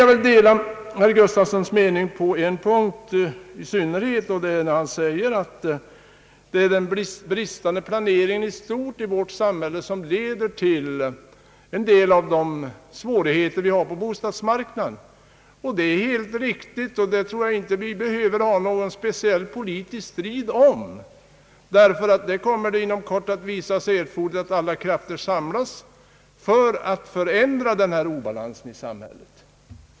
Jag vill dela herr Gustafssons mening när han säger att det är den bristande planeringen i stort i vårt samhälle som leder till en del av de svårigheter vi har på bostadsmarknaden. Det är riktigt, det behöver vi inte ha någon politisk strid om. Inom kort kommer det att visa sig erforderligt att alla krafter samlas för att förändra denna obalans i samhället.